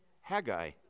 Haggai